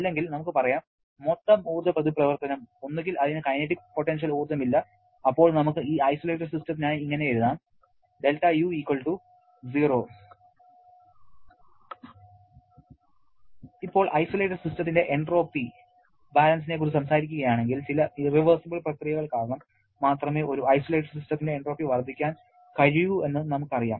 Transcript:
അല്ലെങ്കിൽ നമുക്ക് പറയാം മൊത്തം ഊർജ്ജ പ്രതിപ്രവർത്തനം ഒന്നുകിൽ അതിന് കൈനറ്റിക് പൊട്ടൻഷ്യൽ ഊർജ്ജം ഇല്ല അപ്പോൾ നമുക്ക് ഈ ഐസൊലേറ്റഡ് സിസ്റ്റത്തിനായി ഇങ്ങനെ എഴുതാം ΔU0 ഇപ്പോൾ ഐസൊലേറ്റഡ് സിസ്റ്റത്തിന്റെ എൻട്രോപ്പി ബാലൻസിനെക്കുറിച്ച് സംസാരിക്കുകയാണെങ്കിൽ ചില ഇറവെർസിബിൾ പ്രക്രിയകൾ കാരണം മാത്രമേ ഒരു ഐസൊലേറ്റഡ് സിസ്റ്റത്തിന്റെ എൻട്രോപ്പി വർദ്ധിക്കാൻ കഴിയൂ എന്ന് നമുക്കറിയാം